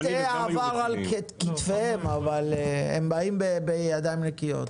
העבר על כתפיהם אבל הם באים בידיים נקיות.